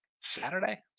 Saturday